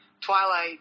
Twilight